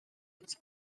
its